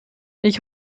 ich